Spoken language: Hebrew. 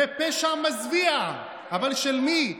זה פשע מזוויע, אבל של מי?